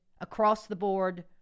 across-the-board